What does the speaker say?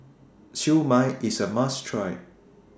Siew Mai IS A must Try